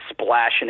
splashing